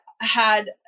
had-